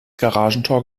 garagentor